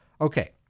Okay